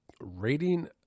rating